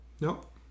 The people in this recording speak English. Nope